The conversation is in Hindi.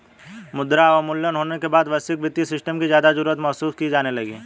मुद्रा अवमूल्यन होने के बाद वैश्विक वित्तीय सिस्टम की ज्यादा जरूरत महसूस की जाने लगी